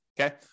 okay